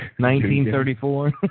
1934